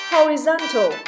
Horizontal